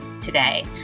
today